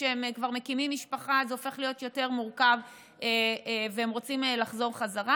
כשהם מקימים משפחה זה כבר הופך להיות יותר מורכב והם רוצים לחזור חזרה,